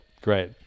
Great